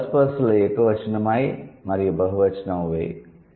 first person లో ఏకవచనం 'I' మరియు బహువచనం 'వుయ్'